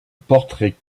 portrait